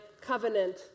covenant